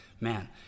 man